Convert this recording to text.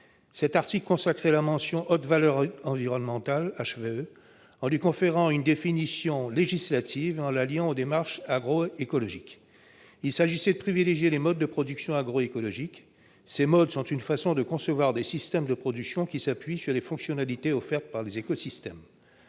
Cet article consacre la mention « haute valeur environnementale », ou HVE, en lui conférant une définition législative et en la liant aux démarches agroécologiques. Il s'agit de privilégier les modes de production agroécologiques, c'est-à-dire une façon de concevoir des systèmes de production qui s'appuient sur les fonctionnalités offertes par les écosystèmes.